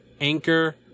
Anchor